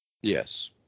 Yes